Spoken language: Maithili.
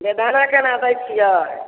बेदाना केना दै छियै